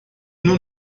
nur